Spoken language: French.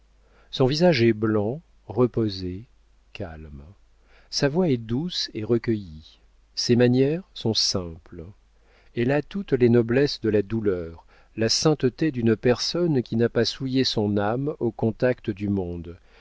son visage est blanc reposé calme sa voix est douce et recueillie ses manières sont simples elle a toutes les noblesses de la douleur la sainteté d'une personne qui n'a pas souillé son âme au contact du monde